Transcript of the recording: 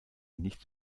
nichts